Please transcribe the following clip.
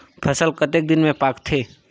फसल कतेक दिन मे पाकथे?